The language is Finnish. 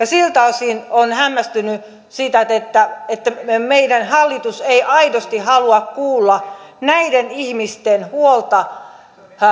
siltä osin olen hämmästynyt siitä että meidän hallitus ei aidosti halua kuulla näiden ihmisten huolta